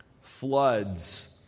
floods